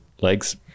legs